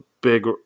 big